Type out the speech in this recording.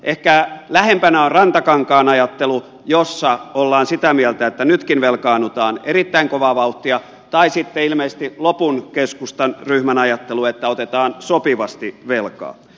ehkä lähempänä on rantakankaan ajattelu jossa ollaan sitä mieltä että nytkin velkaannutaan erittäin kovaa vauhtia tai sitten ilmeisesti lopun keskustan ryhmän ajattelu että otetaan sopivasti velkaa